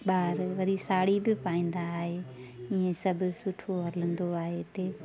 ॿार वरी साड़ी बि पाईंदा आहिनि ईअं सभु सुठो हलंदो आहे हिते